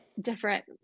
...different